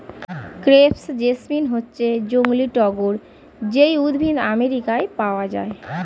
crepe jasmine হচ্ছে জংলী টগর যেই উদ্ভিদ আমেরিকায় পাওয়া যায়